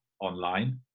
online